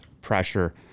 pressure